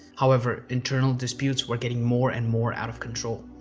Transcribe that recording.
however, internal disputes were getting more and more out of control.